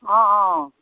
অঁ অঁ